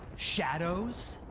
shadows?